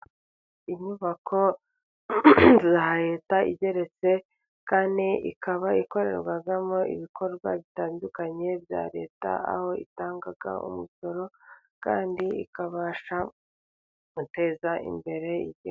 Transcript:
Inyubako za leta igeretse kane, ikaba ikorerwamo ibikorwa bitandukanye bya leta, aho itanga umusoro, kandi ikabasha guteza imbere igihugu.